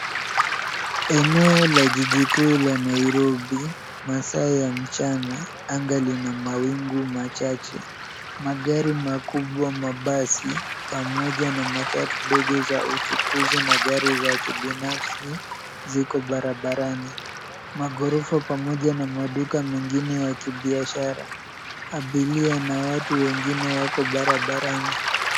Eneo la jiji kuu la Nairobi, masaa ya mchana, anga lina mawingu machache. Magari makubwa mabasi pamoja na matatu dogo za uchukuzi na gari za kibinafsi, ziko barabarani. Maghorofa pamoja na maduka mengine ya kibiashara. Abiria na watu wengine wako barabarani.